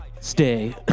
stay